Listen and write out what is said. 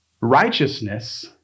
Righteousness